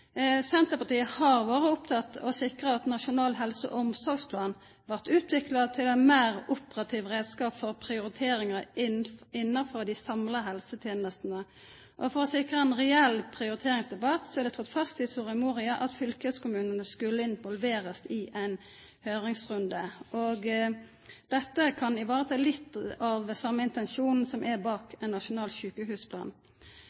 Senterpartiet har vore oppteke av å sikra at Nasjonal helse- og omsorgsplan vert utvikla til ein meir operativ reiskap for prioriteringar innanfor dei samla helsetenestene. For å sikra ein reell prioriteringsdebatt er det slått fast i Soria Moria at fylkeskommunane skulle involverast i ein høyringsrunde. Dette kan vareta litt av den same intensjonen som ligg bak ein nasjonal sjukehusplan. Eg er